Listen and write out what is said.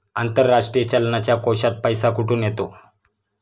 आंतरराष्ट्रीय चलनाच्या कोशात पैसा कुठून येतो?